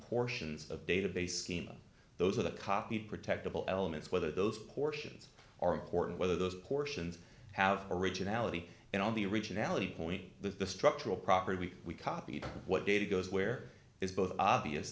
portions of database schema those are the copied protectable elements whether those portions are important whether those portions have originality and on the originality point the structural property we copied what data goes where is both obvious